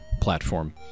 platform